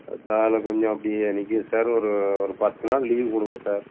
அதனால் கொஞ்சம் அப்படியே நிற்கிது சார் ஒரு ஒரு பத்து நாள் லீவ் கொடுங்க சார்